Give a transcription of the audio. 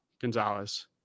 gonzalez